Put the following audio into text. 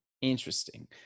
Interesting